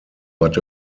but